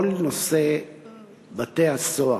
כל נושא בתי-הסוהר